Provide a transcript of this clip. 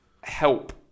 help